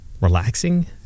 relaxing